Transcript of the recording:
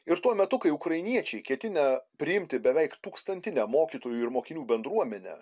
ir tuo metu kai ukrainiečiai ketinę priimti beveik tūkstantinę mokytojų ir mokinių bendruomenę